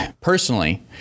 personally